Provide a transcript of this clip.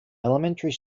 elementary